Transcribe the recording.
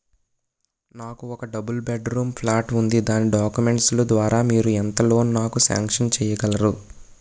నాకు ఒక double bed room flat ఉంది దాని డాక్యుమెంట్స్ లు ద్వారా మీరు ఎంత లోన్ నాకు సాంక్షన్ చేయగలరు?